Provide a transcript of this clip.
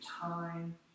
time